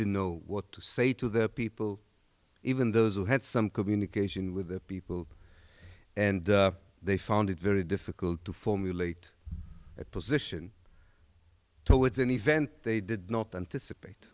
didn't know what to say to their people even those who had some communication with their people and they found it very difficult to formulate a position towards an event they did not anticipate